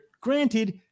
Granted